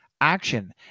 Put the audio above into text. action